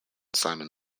simon